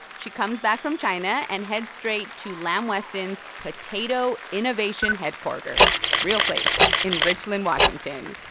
she comes back from china and heads straight to lamb weston's potato innovation headquarters real place in richland, washington.